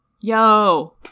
Yo